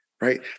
right